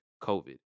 COVID